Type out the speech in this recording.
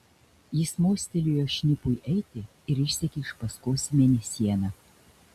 jis mostelėjo šnipui eiti ir išsekė iš paskos į mėnesieną